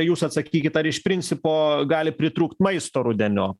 jūs atsakykit ar iš principo gali pritrūkt maisto rudenio